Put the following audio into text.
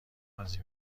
بازی